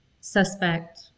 suspect